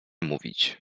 mówić